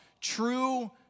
true